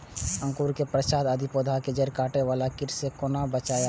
अंकुरण के पश्चात यदि पोधा के जैड़ काटे बाला कीट से कोना बचाया?